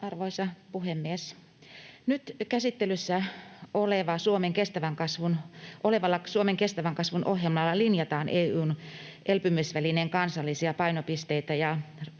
Arvoisa puhemies! Nyt käsittelyssä olevalla Suomen kestävän kasvun ohjelmalla linjataan EU:n elpymisvälineen kansallisia painopisteitä ja